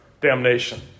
damnation